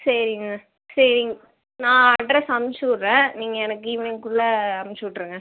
சரிங்க சரி நான் அட்ரஸ் அனுப்ச்சிவுட்றேன் நீங்கள் எனக்கு ஈவினிங்குள்ளே அனுப்ச்சிவுட்ருங்க